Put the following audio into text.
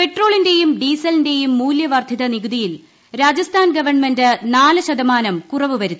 പെട്രോളിന്റെയും ഡീസലിന്റെയും മൂല്യവർധിത നികുതിയിൽ രാജസ്ഥാൻ ഗവൺമെന്റ് നാല് ശ്ത്രമാന്ം കുറവു വരുത്തി